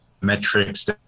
metrics